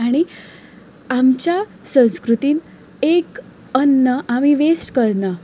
आनी आमच्या संस्कृतीन एक अन्न आमी व्हेस्ट करना